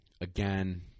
Again